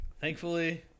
Thankfully